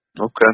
Okay